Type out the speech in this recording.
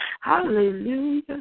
Hallelujah